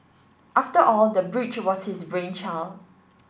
after all the bridge was his brainchild